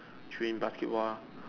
train basketball lah